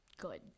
good